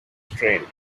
strained